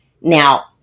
now